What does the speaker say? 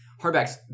hardbacks